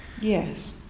Yes